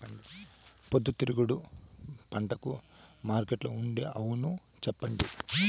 పొద్దుతిరుగుడు పంటకు మార్కెట్లో ఉండే అవును చెప్పండి?